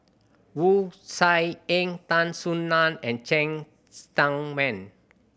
Wu Tsai Yen Tan Soo Nan and Cheng Tsang Man